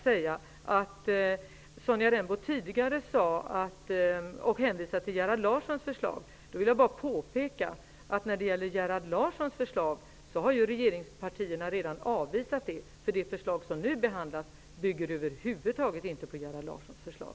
Sonja Rembo hänvisade tidigare till Gerhard Larssons förslag. Jag vill bara påpeka att regeringspartierna redan har avvisat det. Det förslag som nu behandlas bygger över huvud taget inte på Gerhard Larssons förslag.